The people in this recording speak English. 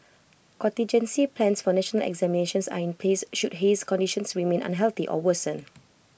contingency plans for national examinations are in place should haze conditions remain unhealthy or worsen